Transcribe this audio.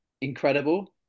incredible